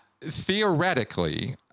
theoretically